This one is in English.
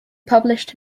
published